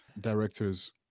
directors